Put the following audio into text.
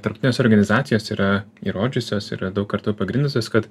tarptautinės organizacijos yra įrodžiusios yra daug kartų pagrindusios kad